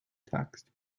text